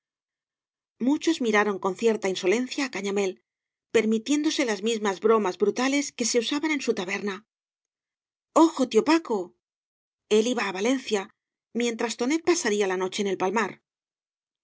muchos miraron con cierta insolencia á caña mél permitiéndose las mismas bromas brutales que se usaban en su taberna ojo tío paco el iba á valencia mientras tonet pasaría la noche en el palmar